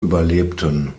überlebten